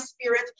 spirit